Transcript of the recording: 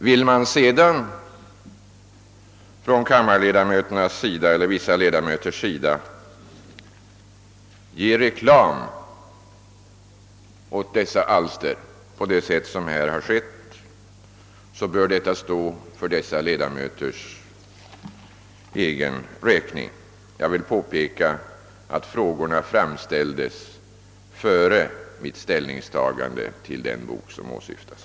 Vill sedan vissa kammarledamöter ge dessa alster reklam på det sätt som här har skett, så får det stå för dessa ledamöters egen räkning. Jag vill påpeka att frågorna framställdes före mitt ställningstagande till den bok som åsyftas.